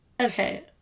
Okay